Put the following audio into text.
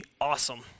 awesome